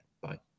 Bye